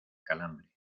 calambre